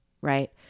right